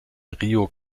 rio